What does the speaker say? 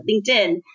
LinkedIn